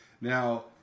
Now